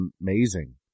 amazing